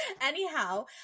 anyhow